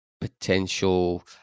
potential